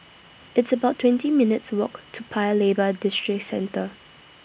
It's about twenty minutes' Walk to Paya Lebar Districentre